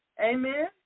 Amen